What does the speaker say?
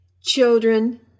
Children